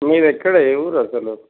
మీది ఎక్కడ ఏ ఊరు అసలు